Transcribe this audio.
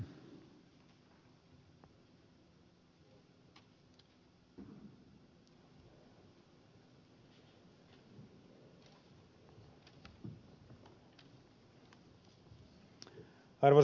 arvoisa puhemies